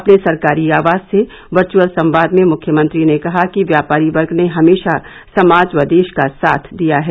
अपने सरकारी आवास से वर्चुअल संवाद में मुख्यमंत्री ने कहा कि व्यापारी वर्ग ने हमेशा समाज व देश का साथ दिया है